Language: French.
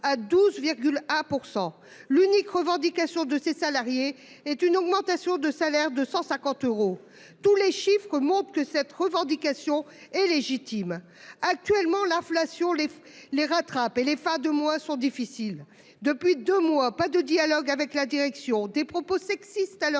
à 12. A % l'unique revendication de ses salariés est une augmentation de salaire de 150 euros. Tous les chiffres montrent que cette revendication est légitime. Actuellement l'inflation les les rattraper les fins de mois sont difficiles depuis deux mois, pas de dialogue avec la direction des propos sexistes à leur